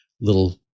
little